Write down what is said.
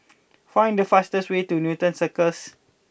find the fastest way to Newton Circus